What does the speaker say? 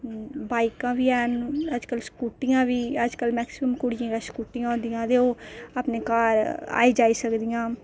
बाइकां बी हैन अजकल स्कूटियां बी अजकल मैक्सीमम कुडियें कश स्कूटियां होंदियां ते ओह् अपने घर आई जाई सकदियां